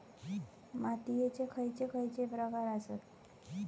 मातीयेचे खैचे खैचे प्रकार आसत?